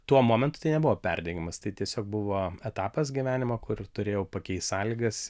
tuo momentu tai nebuvo perdegimas tai tiesiog buvo etapas gyvenimo kur turėjau pakeist sąlygas